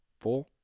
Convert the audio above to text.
four